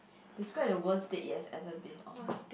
describe the worst date you've ever been on